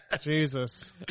Jesus